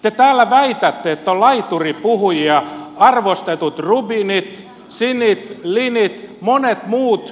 te täällä väitätte että ovat laituripuhujia arvostetut roubinit sinnit lynnit monet muut